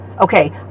Okay